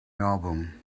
album